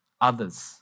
others